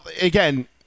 again